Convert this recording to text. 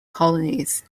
colonies